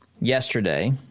yesterday